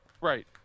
Right